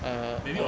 uh on